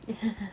ya